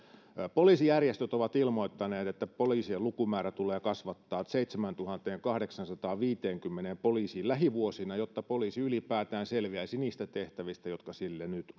poliisijärjestöt ovat ilmoittaneet että poliisien lukumäärä tulee kasvattaa seitsemääntuhanteenkahdeksaansataanviiteenkymmeneen poliisiin lähivuosina jotta poliisi ylipäätään selviäisi niistä tehtävistä jotka sillä nyt